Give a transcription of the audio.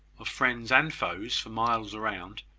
of friends and foes for miles round,